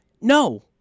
no